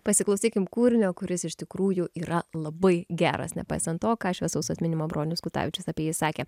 pasiklausykim kūrinio kuris iš tikrųjų yra labai geras nepaisant to ką šviesaus atminimo bronius kutavičius apie jį sakė